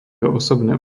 osobné